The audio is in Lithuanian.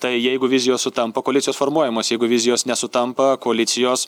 tai jeigu vizijos sutampa koalicijos formuojamos jeigu vizijos nesutampa koalicijos